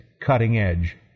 cutting-edge